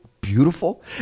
beautiful